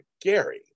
Gary